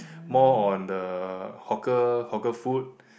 more on the hawker hawker food